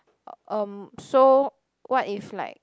um so what if like